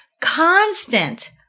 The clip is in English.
constant